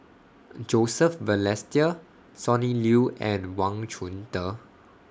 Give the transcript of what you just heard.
Joseph Balestier Sonny Liew and Wang Chunde